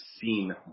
seen